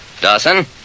Dawson